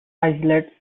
islets